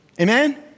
amen